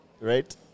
right